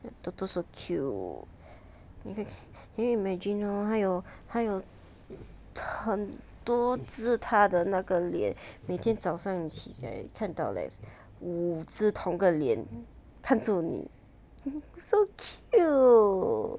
toto so cute 你可以 can you imagine oh 它有它有很多只他的那个脸每天早上起来看到 like 五只同个脸看住你 so cute